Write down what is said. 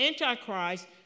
Antichrist